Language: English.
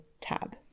tab